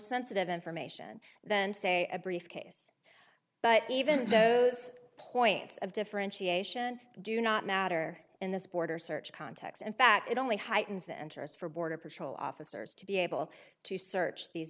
sensitive information than say a briefcase but even those points of differentiation do not matter in this border search context in fact it only heightens the interest for border patrol officers to be able to search these